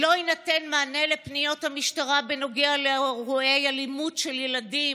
לא יינתן מענה לפניות המשטרה בנוגע לאירועי אלימות של ילדים,